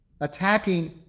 attacking